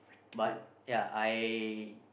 but ya I